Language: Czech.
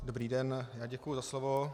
Dobrý den, já děkuji za slovo.